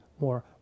more